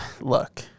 Look